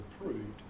approved